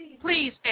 Please